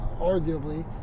arguably